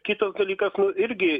kitas dalykas nu irgi